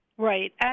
Right